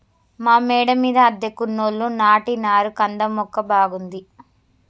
మా మేడ మీద అద్దెకున్నోళ్లు నాటినారు కంద మొక్క బాగుంది